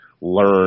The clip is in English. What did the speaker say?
learn